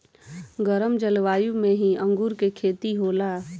गरम जलवायु में ही अंगूर के खेती होला